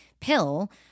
pill